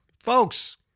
Folks